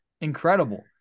incredible